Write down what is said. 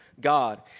God